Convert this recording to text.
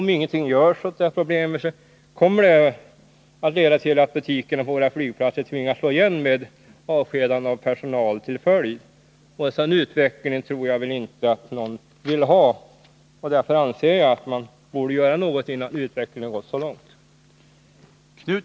Om ingenting görs åt problemet tvingas butikerna på våra flygplatser att slå igen, med avskedanden av personal som följd. En sådan utveckling vill väl ingen ha. Därför tycker jag att något bör göras innan utvecklingen går så långt.